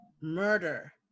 murder